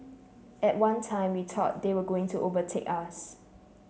at one time we thought they were going to overtake us